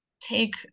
take